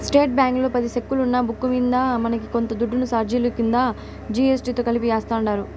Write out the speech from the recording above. state బ్యాంకీలో పది సెక్కులున్న బుక్కు మింద మనకి కొంత దుడ్డుని సార్జిలు కింద జీ.ఎస్.టి తో కలిపి యాస్తుండారు